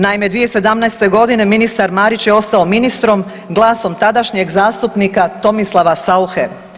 Naime 2017. godine ministar Marić je ostao ministrom glasom tadašnjeg zastupnika Tomislava Sauche.